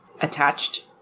attached